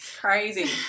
crazy